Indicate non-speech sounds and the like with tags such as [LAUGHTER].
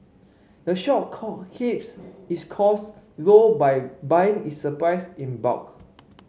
the shop [UNINTELLIGIBLE] keeps its costs low by buying its supplies in bulk